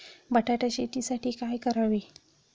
बटाटा शेतीसाठी काय करावे?